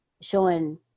showing